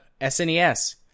SNES